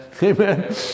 Amen